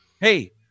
Hey